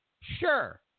Sure